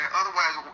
otherwise